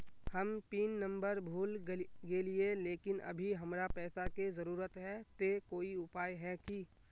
हम pin number भूल गेलिये लेकिन अभी हमरा पैसा के जरुरत है ते कोई उपाय है की?